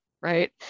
Right